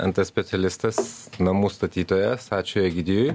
nt specialistas namų statytojas ačiū egidijui